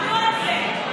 תענו על זה.